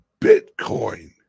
Bitcoin